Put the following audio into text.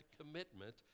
commitment